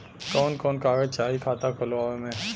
कवन कवन कागज चाही खाता खोलवावे मै?